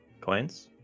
coins